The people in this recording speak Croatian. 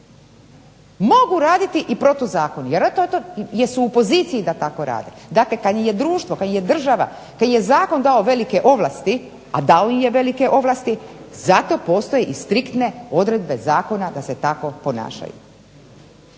mogu raditi i protuzakonito. Vjerojatno jer su u poziciji da tako rade. Dakle, kada im je društvo, država, kada im je zakon dao velike ovlasti, a dao im je velike ovlasti, zato postoje i striktne odredbe zakona da se tako ponašaju.